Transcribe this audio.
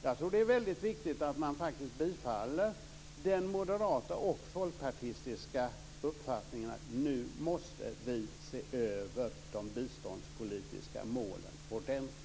Jag tror att det är väldigt viktigt att man bifaller den moderata och folkpartistiska uppfattningen att vi nu måste se över de biståndspolitiska målen ordentligt.